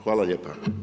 Hvala lijepa.